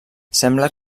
sembla